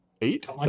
Eight